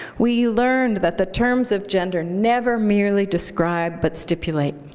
we learned that the terms of gender never merely describe, but stipulate,